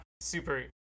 super